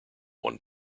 one